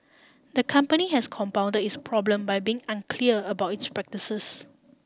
the company has compound its problem by being unclear about its practices